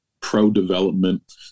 pro-development